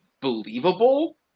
believable